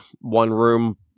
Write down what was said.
one-room